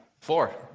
Four